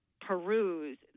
peruse